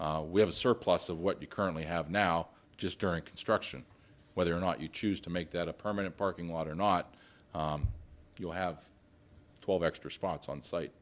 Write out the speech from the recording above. so we have a surplus of what you currently have now just during construction whether or not you choose to make that a permanent parking lot or not you'll have twelve extra spots on site